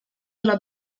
della